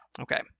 Okay